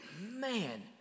man